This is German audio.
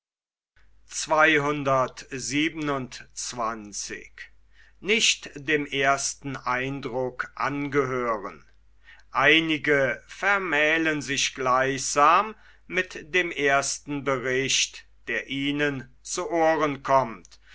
einige vermählen sich gleichsam mit dem ersten bericht der ihnen zu ohren kommt